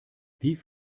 wie